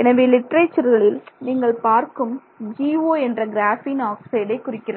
எனவே லிட்டரேச்சர்களில் நீங்கள் பார்க்கும் GO என்ற கிராஃபீன் ஆக்சைடை குறிக்கிறது